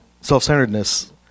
self-centeredness